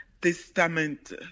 testament